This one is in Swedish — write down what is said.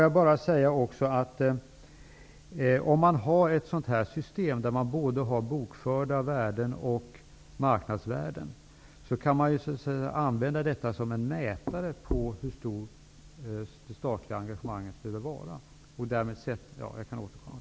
Jag vill också säga att om man har ett sådant system där man både har bokförda värden och marknadsvärden, kan man använda detta som en mätare på hur stort det statliga engagemanget behöver vara.